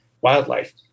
wildlife